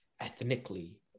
ethnically